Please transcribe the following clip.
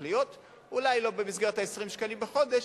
אולי לא במסגרת 20 השקלים בחודש,